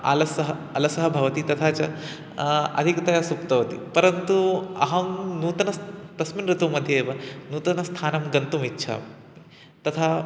अलसाः अलसाः भवन्ति तथा च अधिकतया सुप्तवन्तः परन्तु अहं नूतनं तस्मिन् ऋतुमध्ये एव नूतनस्थानं गन्तुम् इच्छामि तथा